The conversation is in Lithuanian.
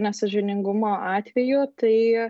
nesąžiningumo atvejų tai